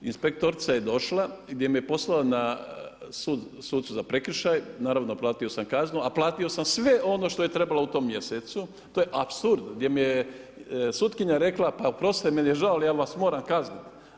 Inspektorica je došla, gdje me poslala sucu za prekršaje, naravno platio sam kaznu, a platio sam sve ono što je trebalo u tom mjesecu, to je apsurd, gdje mi je sutkinja rekla, pa oprostite meni je žao, ali ja vas moram kazniti.